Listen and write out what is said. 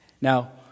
now